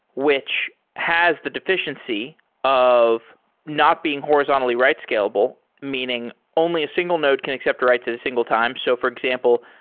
which has the defi ciency of not being horizontally write scalable. meaning only a single node can accept writes at a single time. so for example,